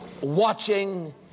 watching